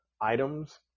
items